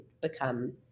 become